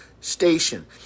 station